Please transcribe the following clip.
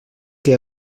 que